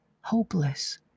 hopeless